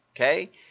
okay